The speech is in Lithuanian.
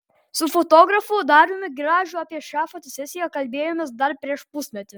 su fotografu dariumi gražiu apie šią fotosesiją kalbėjomės dar prieš pusmetį